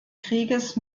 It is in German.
krieges